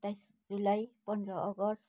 सत्ताइस जुलाई पन्ध्र अगस्ट